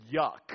yuck